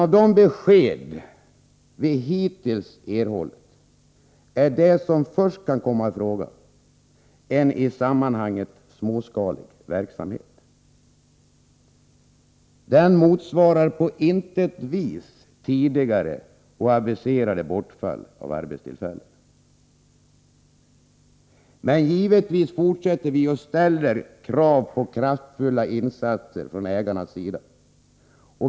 Av de besked som vi hittills har erhållit är det som först kan komma i fråga en i sammanhanget småskalig verksamhet. Den motsvarar på intet vis tidigare och aviserade bortfall av arbetstillfällen. Men givetvis fortsätter vi att ställa krav på kraftfulla insatser från ägarnas sida.